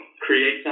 create